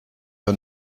her